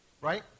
right